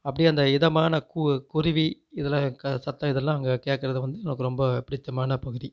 அப்படியே அந்த இதமான கு குருவி இதெலாம் சத்தம் இதெல்லாம் அங்கே கேட்கறது வந்து எனக்கு ரொம்ப பிடித்தமான பகுதி